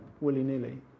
willy-nilly